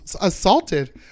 assaulted